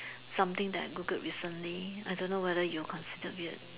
something that I Googled recently I don't know whether you will consider weird